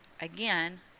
again